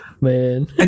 Man